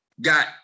got